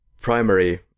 primary